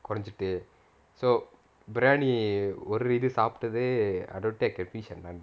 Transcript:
குறைஞ்சுட்டே:kurainjutae so biryani ஒரு இது சாப்டதே:oru ithu saaptathae I don't think I can finish the naan